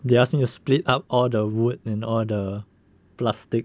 they ask me to split up all the wood and all the plastic